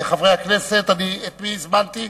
חברי הכנסת, את מי הזמנתי?